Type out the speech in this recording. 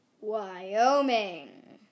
Wyoming